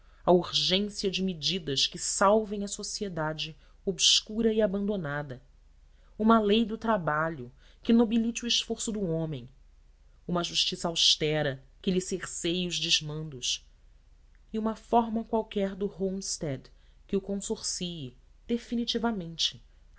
a urgência de medidas que salvem a sociedade obscura e abandonada uma lei do trabalho que nobilite o esforço do homem uma justiça austera que lhe cerceie os desmandos e uma forma qualquer do homestead que o consorcie definitivamente